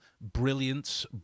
brilliance